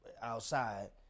outside